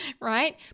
right